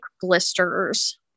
blisters